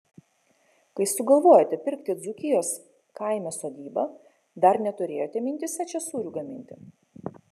kai sugalvojote pirkti dzūkijos kaime sodybą dar neturėjote mintyse čia sūrių gaminti